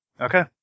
Okay